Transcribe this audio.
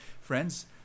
friends